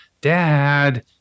dad